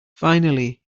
finally